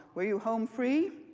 were you home free?